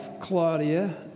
Claudia